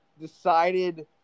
decided